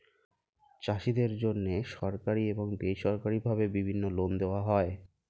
চাষীদের জন্যে সরকারি এবং বেসরকারি ভাবে বিভিন্ন লোন দেওয়া হয়